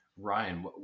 Ryan